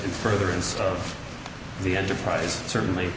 in furtherance of the enterprise certainly